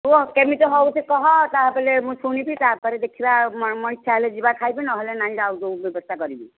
କୁହ କେମିତି ହେଉଛି କୁହ ତା'ପରେ ମୁଁ ଶୁଣିବି ତା'ପରେ ଦେଖିବା ଆମର ଇଚ୍ଛା ହେଲେ ଯିବା ଖାଇବା ପାଇଁ ନହେଲେ ନାଇଁ ଦେଖିବା ଆଉ ଯେଉଁ ବ୍ୟବସ୍ଥା କରିବା